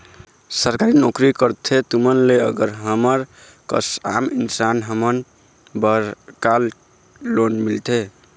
सरकारी नोकरी करथे तुमन ले अलग हमर कस आम इंसान हमन बर का का लोन मिलथे?